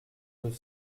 deux